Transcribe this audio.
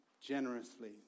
generously